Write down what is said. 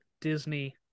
disney